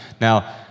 Now